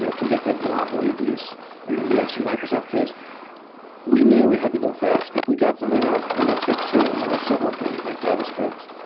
convicted monopoly abuse in the u s. through microsoft case we knew we had to go fast. if we got something up in netscape two, and there were several things like javascript,